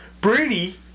Brady